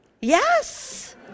Yes